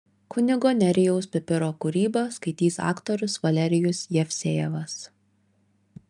kunigo nerijaus pipiro kūrybą skaitys aktorius valerijus jevsejevas